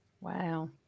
Wow